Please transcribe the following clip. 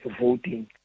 voting